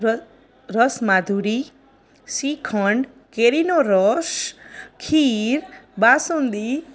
રસ માધુરી શિખંડ કેરીનો રસ ખીર બાસુંદી